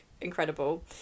incredible